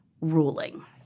ruling